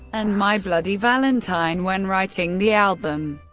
and my bloody valentine when writing the album.